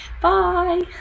Bye